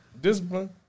Discipline